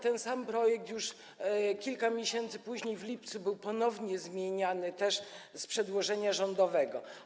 Ten sam projekt już kilka miesięcy później, w lipcu, był ponownie zmieniany, też z przedłożenia rządowego.